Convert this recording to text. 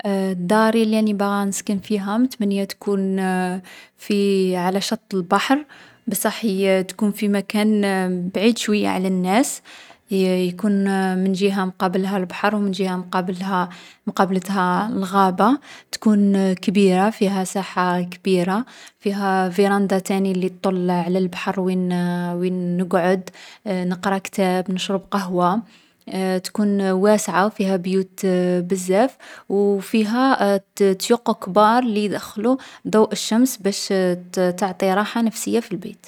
داري لي راني باغا نسكن فيها متمنية تكون في على شط البحر، بصح يـ تكون في مكان بعيد شوية على الناس. يـ يكون من جهة مقابلها البحر و من جهة مقابلها، مقابتها الغابة. تكون كبيرة، فيها الساحة كبيرة ، فيها فرندا تاني لي طل على البحر وين وين نقعد نقرا كتاب، نشرب قهوة. تكون واسعة و فيها بيوت بزاف، وفيها التـ التيق كبار لي يدخلوا ضوء الشمس باش تـ تعطي راحة نفسية في البيت.